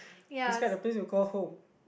describe the place you call home